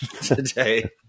today